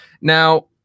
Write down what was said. Now